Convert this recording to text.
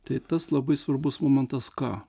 tai tas labai svarbus momentas ką